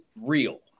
real